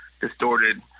distorted